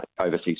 overseas